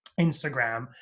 Instagram